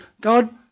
God